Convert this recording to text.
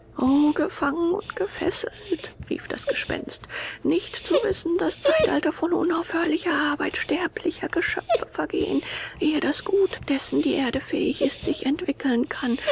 gefangen und gefesselt rief das gespenst nicht zu wissen daß zeitalter von unaufhörlicher arbeit sterblicher geschöpfe vergehen ehe das gute dessen die erde fähig ist sich entwickeln kann